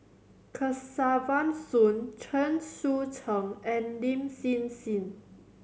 Kesavan Soon Chen Sucheng and Lin Hsin Hsin